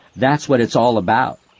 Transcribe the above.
that's what it's all about!